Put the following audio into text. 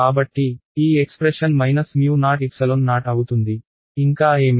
కాబట్టి ఈ expression OO అవుతుంది ఇంకా ఏమి